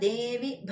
Devi